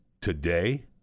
today